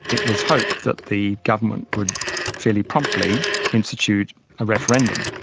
it was hoped that the government would fairly promptly institute a referendum.